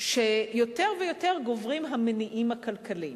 שיותר ויותר גוברים המניעים הכלכליים,